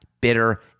Bitter